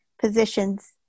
positions